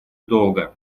долга